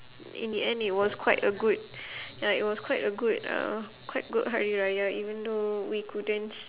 in the end it was quite a good ya it was quite a good uh quite good hari raya even though we couldn't c~